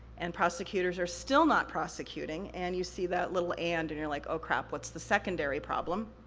and prosecutors are still not prosecuting, and you see that little and, and you're like, oh crap, what's the secondary problem?